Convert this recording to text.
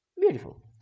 beautiful